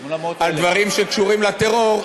800,000. 800,000. על דברים שקשורים לטרור,